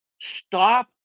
Stop